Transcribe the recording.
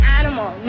animal